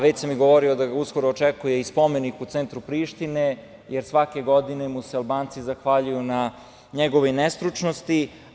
Već sam i govorio da ga uskoro očekuje i spomenik u centru Prištine, jer svake godine mu se Albanci zahvaljuju na njegovoj nestručnosti.